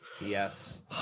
Yes